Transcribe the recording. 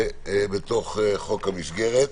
בתוך חוק המסגרת.